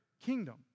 kingdom